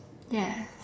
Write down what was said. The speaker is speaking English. yes